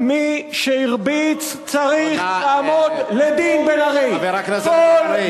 כל מי שהרביץ צריך לעמוד לדין, בן-ארי.